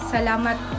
Salamat